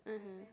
(uh huh)